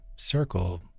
circle